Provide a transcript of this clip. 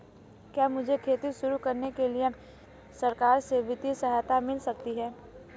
क्या मुझे खेती शुरू करने के लिए सरकार से वित्तीय सहायता मिल सकती है?